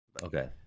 Okay